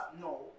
no